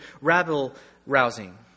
rabble-rousing